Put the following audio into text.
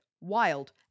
Wild